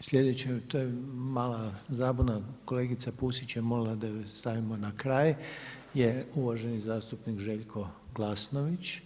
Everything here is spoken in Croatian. sljedeći to je mala zabuna, kolegica Pusić je molila da ju stavimo na kraj je uvaženi zastupnik Željko Glasnović.